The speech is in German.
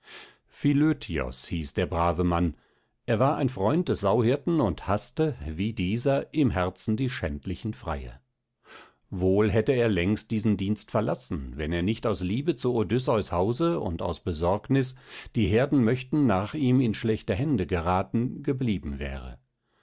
hieß der brave mann er war ein freund des sauhirten und haßte wie dieser im herzen die schändlichen freier wohl hätte er längst diesen dienst verlassen wenn er nicht aus liebe zu odysseus hause und aus besorgnis die herden möchten nach ihm in schlechte hände geraten geblieben wäre